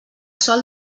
sol